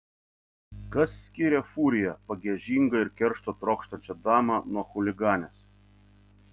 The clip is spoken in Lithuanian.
kas skiria furiją pagiežingą ir keršto trokštančią damą nuo chuliganės